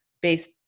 based